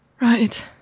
Right